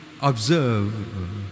observe